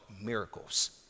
miracles